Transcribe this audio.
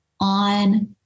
on